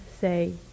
say